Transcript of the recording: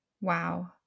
Wow